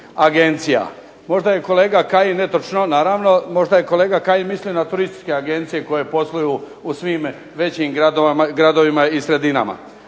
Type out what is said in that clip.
agencija. Možda je kolega Kajin netočno, naravno možda je Kajin mislio na turističke agencije koje posluju u svim većim gradovima i sredinama.